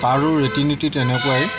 তাৰো ৰীতি নীতি তেনেকুৱাই